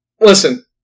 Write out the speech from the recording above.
Listen